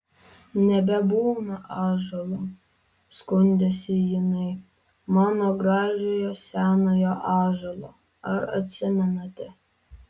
nebebūna ąžuolo skundėsi jinai mano gražiojo senojo ąžuolo ar atsimenate